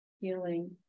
healing